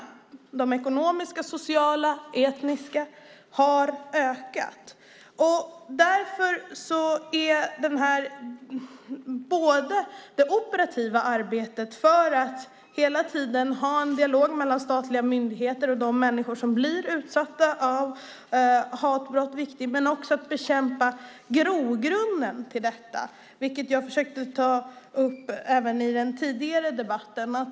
De ekonomiska, sociala och etniska klyftorna har ökat. Därför är det operativa arbetet för att hela tiden ha en dialog mellan statliga myndigheter och de människor som blir utsatta för hatbrott viktigt. Men det är också viktigt att bekämpa grogrunden för detta, vilket jag försökte ta upp även i den tidigare debatten.